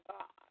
God